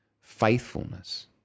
faithfulness